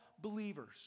believers